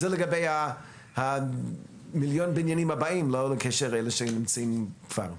זה לגבי הבניינים הבאים, לא אלה שנמצאים כבר.